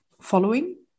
following